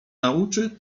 nauczy